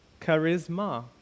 charisma